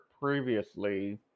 previously